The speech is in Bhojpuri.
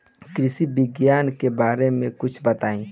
कृषि विज्ञान के बारे में कुछ बताई